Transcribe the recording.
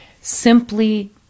simply